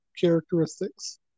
characteristics